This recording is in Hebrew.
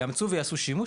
יאמצו ויעשו שימוש,